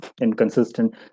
inconsistent